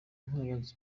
nk’abanzi